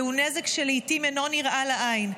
זהו נזק שלעיתים אינו נראה לעין,